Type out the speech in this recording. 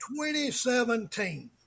2017